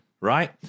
Right